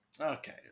Okay